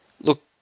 look